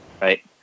Right